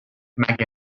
مگه